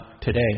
today